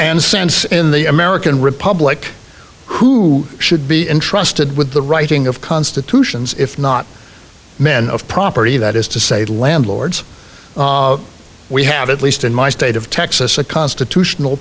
an sense in the american republic who should be entrusted with the writing of constitutions if not men of property that is to say landlords we have at least in my state of texas a constitutional